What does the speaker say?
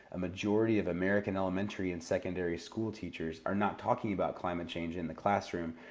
a majority of american elementary and secondary school teachers are not talking about climate change in the classroom,